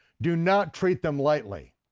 do not treat them lightly.